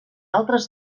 altres